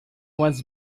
was